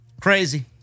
Crazy